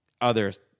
others